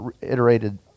iterated